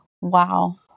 Wow